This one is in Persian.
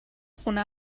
خونه